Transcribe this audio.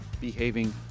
behaving